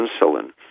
insulin